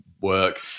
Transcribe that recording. work